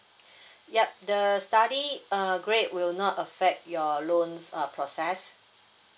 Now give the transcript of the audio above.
yup the study uh grade will not affect your loans uh process